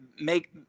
make